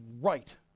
right